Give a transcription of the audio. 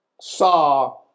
saw